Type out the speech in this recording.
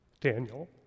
Daniel